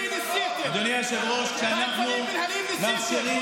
אדוני היושב-ראש, כשאנחנו מאפשרים